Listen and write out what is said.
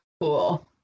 cool